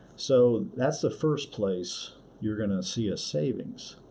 so, that's the first place you're going to see a savings.